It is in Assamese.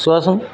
চোৱাচোন